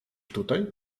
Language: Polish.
tutaj